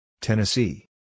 Tennessee